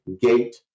gate